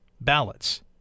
ballots